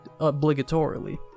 obligatorily